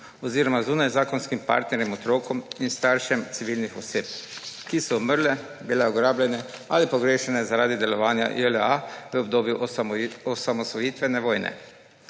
oziroma zunajzakonskim partnerjem, otrokom in staršem civilnih oseb, ki so umrle, bile ugrabljene ali pogrešane zaradi delovanja JLA v obdobju osamosvojitvene vojne.